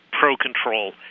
pro-control